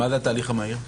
מה זה התהליך המהיר?